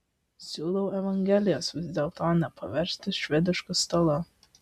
siūlau evangelijos vis dėlto nepaversti švedišku stalu